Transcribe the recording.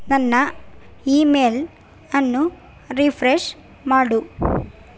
ನನ್ನ ಈಮೇಲನ್ನು ರಿಫ್ರೆಶ್ ಮಾಡು